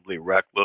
reckless